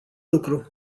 lucru